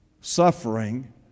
suffering